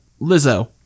Lizzo